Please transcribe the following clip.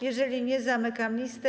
Jeżeli nie, zamykam listę.